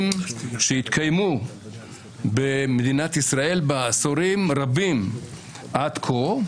שהתקיימו במדינת ישראל עשורים רבים עד כה,